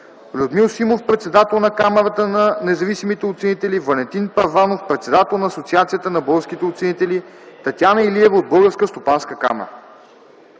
Людмил Симов – председател на Камарата на независимите оценители, Валентин Първанов – председател на Асоциацията на българските оценители, Татяна Илева от Българска стопанска камара.